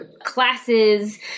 classes